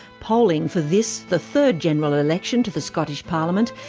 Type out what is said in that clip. polling for this, the third general election to the scottish parliament,